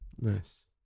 Nice